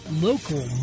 local